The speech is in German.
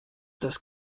das